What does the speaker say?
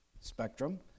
spectrum